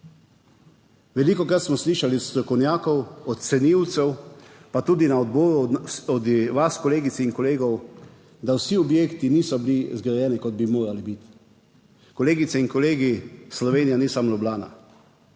Velikokrat smo slišali od strokovnjakov, od cenilcev, pa tudi na odboru, od vas kolegic in kolegov, da vsi objekti niso bili zgrajeni, kot bi morali biti. Kolegice in kolegi, Slovenija ni samo Ljubljana.